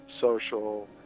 social